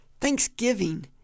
thanksgiving